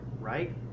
right